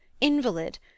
invalid